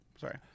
Sorry